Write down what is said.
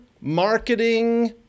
Marketing